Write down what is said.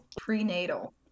prenatal